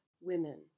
women